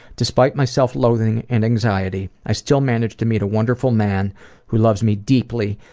despite my self-loathing and anxiety, i still managed to meet a wonderful man who loves me deeply,